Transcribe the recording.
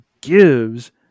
gives